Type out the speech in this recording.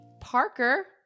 Parker